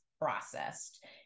processed